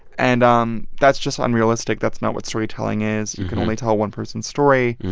and um that's just unrealistic. that's not what storytelling is. you can only tell one person's story.